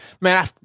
Man